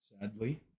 sadly